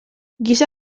giza